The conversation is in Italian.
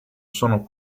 sono